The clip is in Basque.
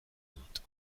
dut